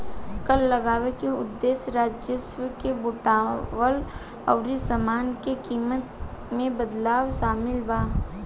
कर लगावे के उदेश्य राजस्व के जुटावल अउरी सामान के कीमत में बदलाव शामिल बा